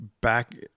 back